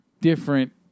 different